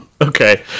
Okay